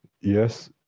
yes